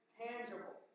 tangible